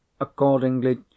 accordingly